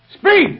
Speed